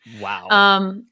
Wow